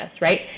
right